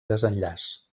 desenllaç